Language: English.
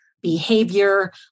behavior